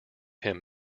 him